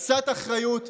קצת אחריות.